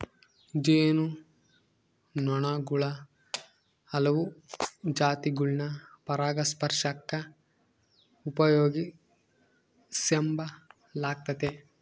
ಜೇನು ನೊಣುಗುಳ ಹಲವು ಜಾತಿಗುಳ್ನ ಪರಾಗಸ್ಪರ್ಷಕ್ಕ ಉಪಯೋಗಿಸೆಂಬಲಾಗ್ತತೆ